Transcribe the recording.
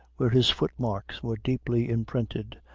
where his foot-marks were deeply imprinted,